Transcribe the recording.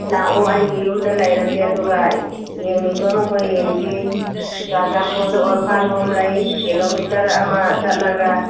ꯂꯥꯛꯑꯣ ꯑꯩꯒꯤ ꯌꯨꯝꯗ ꯂꯩꯔꯁꯦ ꯑꯗꯨꯒ ꯌꯦꯡꯅꯤꯡꯕ ꯃꯈꯩ ꯌꯦꯡꯁꯤ ꯆꯨꯔꯥꯆꯥꯟꯄꯨꯔꯗ ꯑꯣꯔꯐꯥꯟ ꯍꯣꯝ ꯂꯩ ꯀꯤꯂꯣꯃꯤꯇꯔ ꯑꯃ ꯆꯠꯂꯒ